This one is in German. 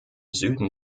süden